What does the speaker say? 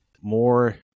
more